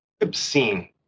obscene